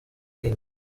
king